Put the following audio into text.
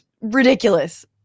Ridiculous